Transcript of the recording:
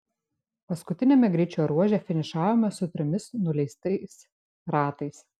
paskutiniame greičio ruože finišavome su trimis nuleistais ratais